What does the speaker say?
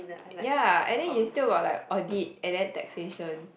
ya and then you still got like audit and then taxation